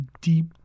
deep